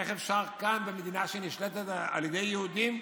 איך אפשר כאן, במדינה שנשלטת על ידי יהודים,